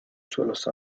suelos